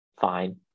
fine